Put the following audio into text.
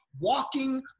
walking